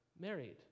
married